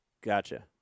Gotcha